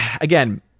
Again